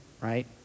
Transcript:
right